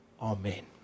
Amen